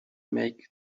make